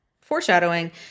foreshadowing